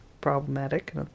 problematic